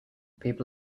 people